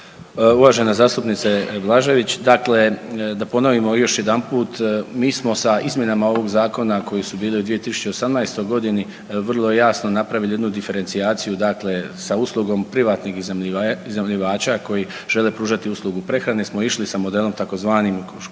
Uvažena zastupnice Blažević, dakle da ponovimo još jedanput mi smo sa izmjenama ovog zakona koje su bile u 2018. godini vrlo jasno napravili jednu diferencijaciju dakle sa uslugom privatnih iznajmljivača koji žele pružati uslugu prehrane smo išli sa modelom tzv. u